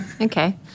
okay